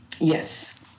Yes